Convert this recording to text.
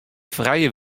frije